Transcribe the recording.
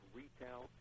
retail